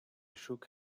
shook